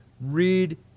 Read